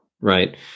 right